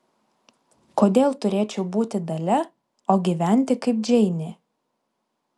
kodėl turėčiau būti dalia o gyventi kaip džeinė